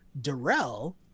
Darrell